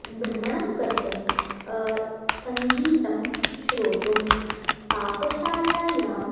भ्रमणं कर्तुं सङ्गीतं श्रोतुं पाकशालायां